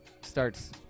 starts